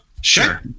Sure